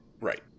Right